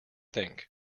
think